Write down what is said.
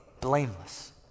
blameless